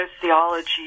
sociology